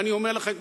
ואני אומר לכם,